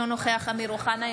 אינו נוכח אמיר אוחנה,